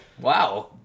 Wow